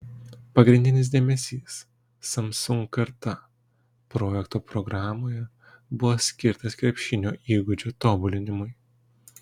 pagrindinis dėmesys samsung karta projekto programoje buvo skirtas krepšinio įgūdžių tobulinimui